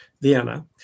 Vienna